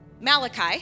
Malachi